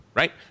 Right